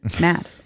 Mad